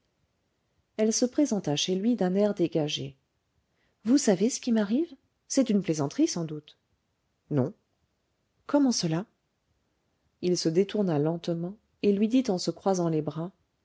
elle se présenta chez lui d'un air dégagé vous savez ce qui m'arrive c'est une plaisanterie sans doute non comment cela il se détourna lentement et lui dit en se croisant les bras